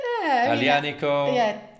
Alianico